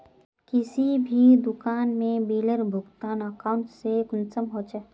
किसी भी दुकान में बिलेर भुगतान अकाउंट से कुंसम होचे?